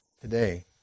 today